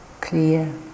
clear